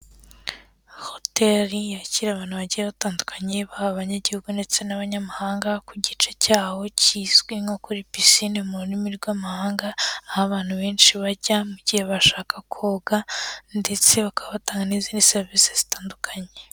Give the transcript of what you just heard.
Hoteri yakira abantu bagiye batandukanye baba abanyagihugu ndetse n'abanyamahanga ku gice cyabo kizwi nko kuri pisine mu rurimi rw'amahanga, aho abantu benshi bajya mu gihe bashaka koga ndetse bakaba batanga n'izindi serivisi zitandukanye.